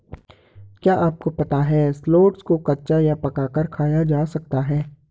क्या आपको पता है शलोट्स को कच्चा या पकाकर खाया जा सकता है?